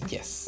Yes